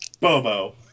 Bobo